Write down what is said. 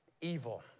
evil